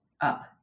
up